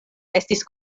estis